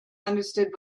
understood